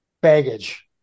Baggage